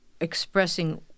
expressing